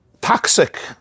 toxic